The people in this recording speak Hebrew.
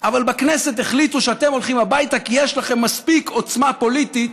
אבל בכנסת החליטו שאתם הולכים הביתה כי יש לכם מספיק עוצמה פוליטית